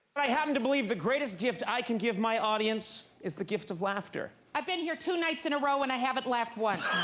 i happen to believe the greatest gift i can give my audience is the gift of laughter. i've been here two nights in a row and i haven't laughed once.